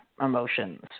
emotions